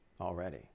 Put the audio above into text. already